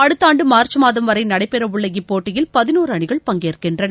அடுத்த ஆண்டு மார்ச் மாதம் வரை நடைபெற உள்ள இப்போட்டியில் பதினோரு அணிகள் பங்கேற்கின்றன